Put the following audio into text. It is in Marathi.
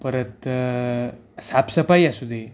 परत साफसफाई असू दे